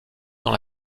dans